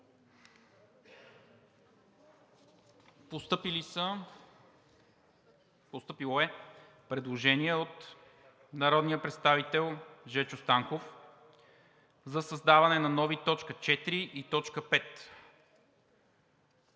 Постъпило е предложение от народния представител Жечо Станков за създаване на нови т. 4 и т. 5